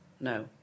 no